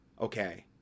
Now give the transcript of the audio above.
okay